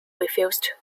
refused